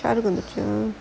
forward~